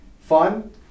fun